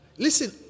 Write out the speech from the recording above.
Listen